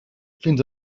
fins